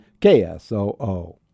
ksoo